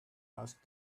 asked